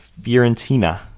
fiorentina